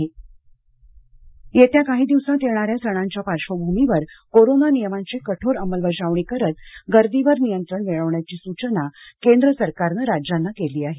सणानिमित्त सूचना येत्या काही दिवसात येणाऱ्या सणांच्या पार्श्वभूमीवर कोरोना नियमांची कठोर अंमलबजावणी करत गर्दीवर नियंत्रण मिळवण्याची सूचना केंद्र सरकारनं राज्यांना केली आहे